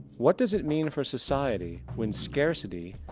what does it mean for society when scarcity,